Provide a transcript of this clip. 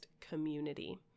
community